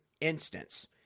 instance